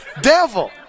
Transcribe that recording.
devil